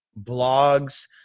Blogs